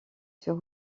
sur